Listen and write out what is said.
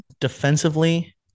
Defensively